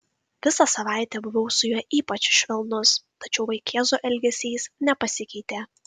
visą savaitę buvau su juo ypač švelnus tačiau vaikėzo elgesys nepasikeitė